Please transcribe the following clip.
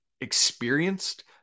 experienced